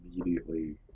immediately